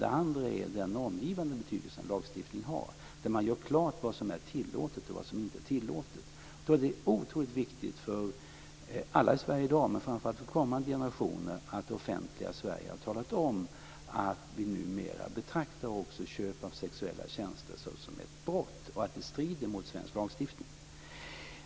Den andra är den normgivande betydelsen, där man gör klart vad som är tillåtet och inte tillåtet. Jag tror att det är otroligt viktigt för alla i Sverige i dag, men framför allt för kommande generationer, att det offentliga Sverige har talat om att vi numera betraktar också köp av sexuella tjänster som ett brott, och att det strider mot svensk lagstiftning.